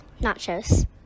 Nachos